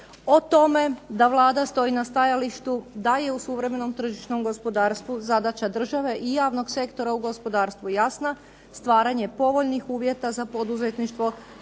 o tome da Vlada stoji na stajalištu da je u suvremenom tržišnom gospodarstvu zadaća države i javnog sektora u gospodarstvu jasna, stvaranje povoljnih uvjeta za poduzetništvo